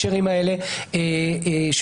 בתקופת הבחירות" זה תיקון נוסחי,